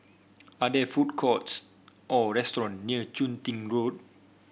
are there food courts or restaurant near Chun Tin Road